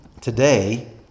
today